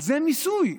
לזה מיסוי?